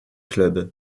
club